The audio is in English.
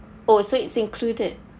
oh so it's included